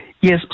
Yes